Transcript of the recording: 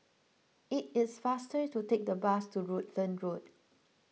it is faster to take the bus to Rutland Road